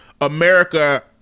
America